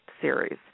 series